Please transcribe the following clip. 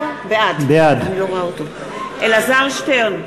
בעד אלעזר שטרן,